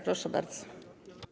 Proszę bardzo.